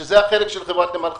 שזה החלק של חברת נמל חיפה.